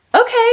okay